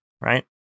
Right